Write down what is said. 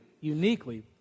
uniquely